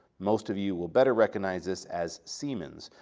most of you will better recognize this as siemens,